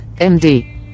MD